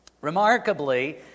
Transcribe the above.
Remarkably